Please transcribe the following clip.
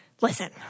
listen